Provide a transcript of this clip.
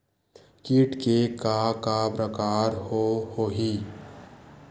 कीट के का का प्रकार हो होही?